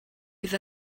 bydd